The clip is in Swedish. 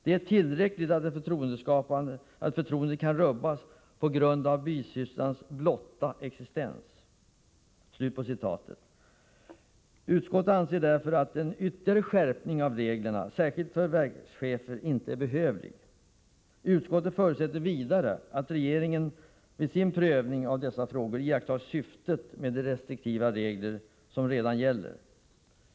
Det är tillräckligt att förtroendet kan rubbas på grund av bisysslans blotta existens.” Utskottet anser således att en ytterligare skärpning av reglerna, särskilt för verkschefer, inte är behövlig. Utskottet förutsätter vidare att regeringen vid sin prövning av dessa frågor iakttar syftet med de restriktiva regler som redan gäller.